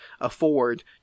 afford